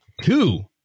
two